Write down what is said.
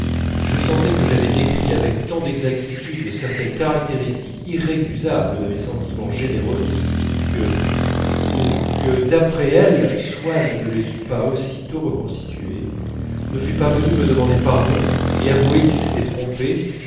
je sentais que j'avais décrit avec tant d'exactitude certaines caractéristiques irrécusables de mes sentiments généreux que pour que d'après elles swann ne les eût pas aussitôt reconstitués ne fût pas venu me demander pardon et avouer qu'il s'était trompé